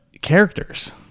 characters